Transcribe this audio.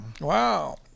Wow